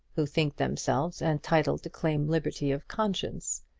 who think themselves entitled to claim liberty of conscience,